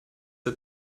der